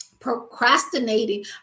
procrastinating